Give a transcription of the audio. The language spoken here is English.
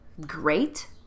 great